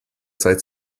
zeit